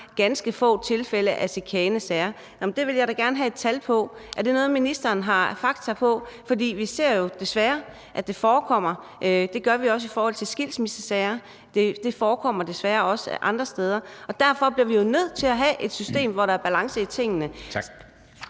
ganske få tilfælde af chikanesager. Det vil jeg da gerne have et tal på. Er det noget, ministeren har fakta på, for vi ser jo desværre, at det forekommer? Det gør vi også i forhold til skilsmissesager, og det forekommer desværre også andre steder. Derfor bliver vi jo nødt til at have et system, hvor der er balance i tingene. Kl.